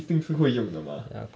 一定是会用的嘛